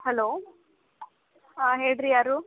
hello ಹಾಂ ಹೇಳ್ರೀ ಯಾರು